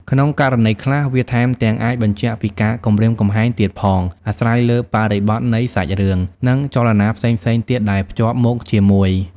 ក្នុងករណីខ្លះ វាថែមទាំងអាចបញ្ជាក់ពីការគំរាមកំហែងទៀតផង អាស្រ័យលើបរិបទនៃសាច់រឿង និងចលនាផ្សេងៗទៀតដែលភ្ជាប់មកជាមួយ។